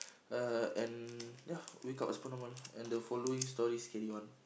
uh and ya wake up as per normal and the following stories carry on